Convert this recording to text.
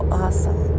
awesome